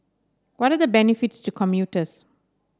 what are the benefits to commuters